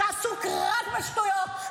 שעסוק רק בשטויות,